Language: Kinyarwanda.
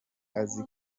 azi